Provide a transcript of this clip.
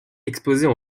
exposée